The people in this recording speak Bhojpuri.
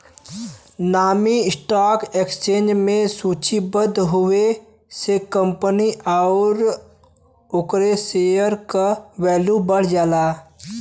नामी स्टॉक एक्सचेंज में सूचीबद्ध होये से कंपनी आउर ओकरे शेयर क वैल्यू बढ़ जाला